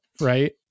right